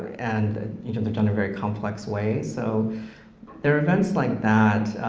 and they're done in very complex ways, so there're events like that.